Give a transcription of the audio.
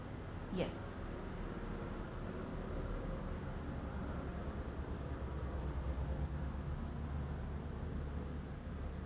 yes